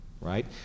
right